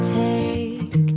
take